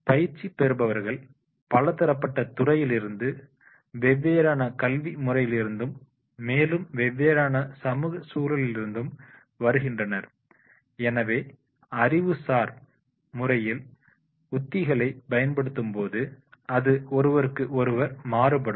பயிற்சி பெறுபவர்கள் பலதரப்பட்ட துறையிலிருந்து வெவ்வேறான கல்வி முறையிலிருந்தும் மேலும் வெவ்வேறான சமூக சூழலில் இருந்தும் வருகின்றனர் எனவே அறிவுசார் முறையில் உத்திகளை பயன்படுத்தும்போது அது ஒருவருக்கு ஒருவர் மாறுபடும்